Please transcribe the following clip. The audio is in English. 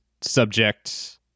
subject